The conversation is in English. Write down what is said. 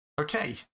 Okay